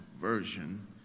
Version